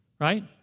Right